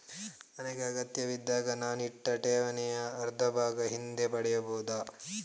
ನನಗೆ ಅಗತ್ಯವಿದ್ದಾಗ ನಾನು ಇಟ್ಟ ಠೇವಣಿಯ ಅರ್ಧಭಾಗ ಹಿಂದೆ ಪಡೆಯಬಹುದಾ?